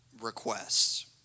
requests